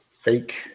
fake